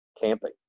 camping